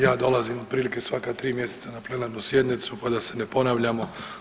Ja dolazim otprilike svaka 3 mjeseca na plenarnu sjednicu, pa da se ne ponavljamo.